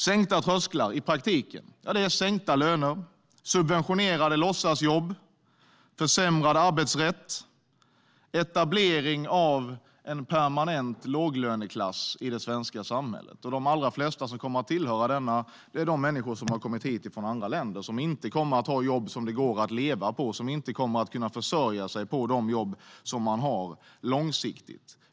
Sänkta trösklar innebär i praktiken sänkta löner, subventionerade låtsasjobb, försämrad arbetsrätt och etablering av en permanent låglöneklass i det svenska samhället. De allra flesta i denna låglöneklass kommer att vara människor som kommit hit från andra länder. De kommer inte att ha jobb som det går att leva på och kommer inte långsiktigt att kunna försörja sig på de jobb de har.